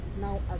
now